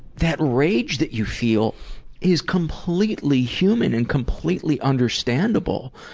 that rage that you feel is completely human and completely understandable.